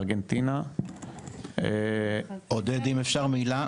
ארגנטינה --- עודד, אם אפשר מילה?